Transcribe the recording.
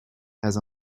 has